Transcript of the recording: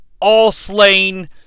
all-slain